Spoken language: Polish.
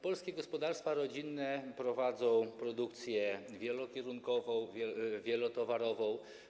Polskie gospodarstwa rodzinne prowadzą produkcję wielokierunkową, wielotowarową.